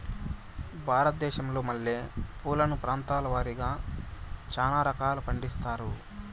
భారతదేశంలో మల్లె పూలను ప్రాంతాల వారిగా చానా రకాలను పండిస్తారు